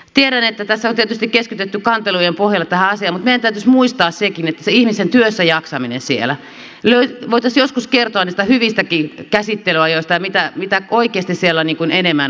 tiedän että tässä on tietysti keskitytty kantelujen pohjalta tähän asiaan mutta meidän täytyisi muistaa se ihmisen työssäjaksaminenkin siellä voitaisiin joskus kertoa niistä hyvistäkin käsittelyajoista ja siitä mitä oikeasti siellä enemmän on tapahtunut